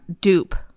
dupe